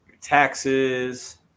taxes